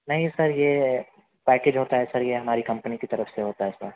نہیں سر یہ پیکیج ہوتا ہے سر یہ ہماری کمپنی کی طرف سے ہوتا ہے سر